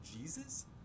Jesus